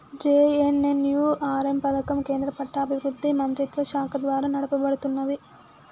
JNNURM పథకం కేంద్ర పట్టణాభివృద్ధి మంత్రిత్వశాఖ ద్వారా నడపబడుతున్నది